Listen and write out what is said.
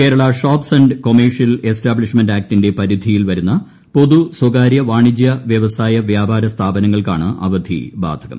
Kerala shops and commercial establishment ആക്റ്റിന്റെ പരിധിയിൽ വരുന്ന പൊതു സ്വകാരൃ വാണിജ്യ വൃവസായ വ്യാപാര സ്ഥാപനങ്ങൾക്കാണ് അവധി ബാധകം